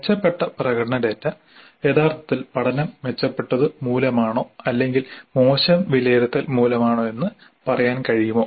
മെച്ചപ്പെട്ട പ്രകടന ഡാറ്റ യഥാർത്ഥത്തിൽ പഠനം മെച്ചപ്പെട്ടതു മൂലമാണോ അല്ലെങ്കിൽ മോശം വിലയിരുത്തൽ മൂലമാണോയെന്ന് പറയാൻ കഴിയുമോ